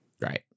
Right